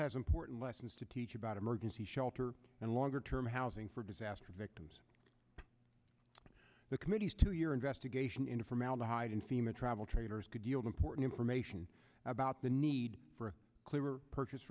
has important lessons to teach about emergency shelter and longer term housing for disaster victims the committee's two year investigation into formaldehyde in fema travel trailers could yield important information about the need for a clearer purchase